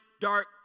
dark